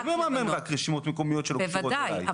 אני לא מממן רק רשימות מקומיות שלא קשורות אליי.